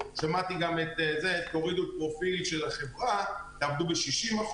שמעתי: תורידו פרופיל של החברה, תעבדו ב-60%.